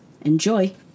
enjoy